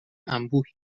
انبوهی